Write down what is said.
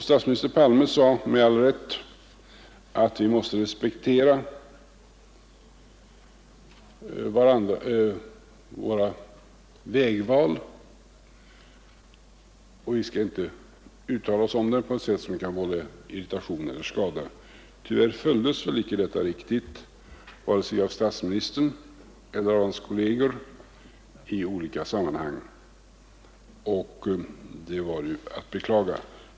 Statsminister Palme sade med all rätt att vi måste respektera varandras vägval, och vi skall inte uttala oss om dem på ett sätt som kan vålla irritation eller skada. Tyvärr följdes väl inte detta råd helt vare sig av statsministern eller hans kolleger i olika sammanhang, och det var ju att beklaga.